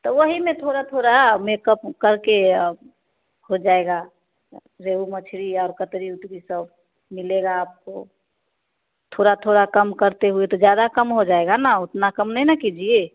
तो वही में थोड़ा थोड़ा मेकअप करके हो जाएगा रोहू मछली और कतरी उतरी सब मिलेगा आपको थोड़ा थोड़ा कम करते हुए तो ज़्यादा कम हो जाएगा न उतना कम नहीं न कीजिए